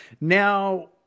Now